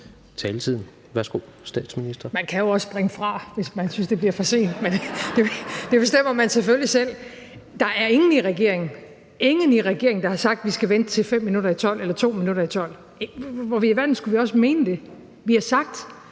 (Mette Frederiksen): Man kan jo også springe fra, hvis man synes, det bliver for sent, men det bestemmer man selvfølgelig selv. Der er ingen i regeringen – ingen i regeringen – der har sagt, at vi skal vente til 5 minutter i 12 eller 2 minutter i 12. Hvorfor i alverden skulle vi også mene det? Vi har sagt